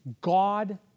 God